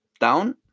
down